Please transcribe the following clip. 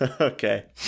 Okay